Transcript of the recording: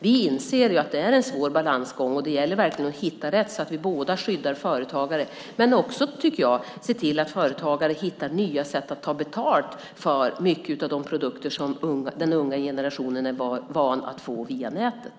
Vi inser att detta är en svår balansgång, och det gäller verkligen att hitta rätt så att vi både skyddar företagare och ser till att företagare hittar nya sätt att ta betalt för mycket av de produkter som den unga generationen är van att få via nätet.